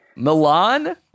milan